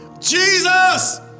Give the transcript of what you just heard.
Jesus